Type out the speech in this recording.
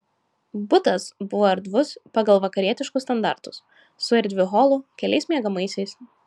butas buvo erdvus pagal vakarietiškus standartus su erdviu holu keliais miegamaisiais